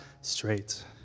straight